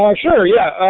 ah sure, yeah.